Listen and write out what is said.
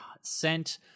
sent